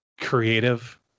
creative